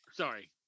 Sorry